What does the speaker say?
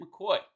McCoy